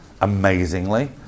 amazingly